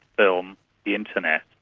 film, the internet,